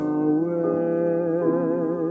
away